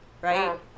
Right